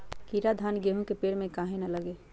कीरा धान, गेहूं के पेड़ में काहे न लगे?